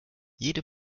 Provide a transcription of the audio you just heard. jede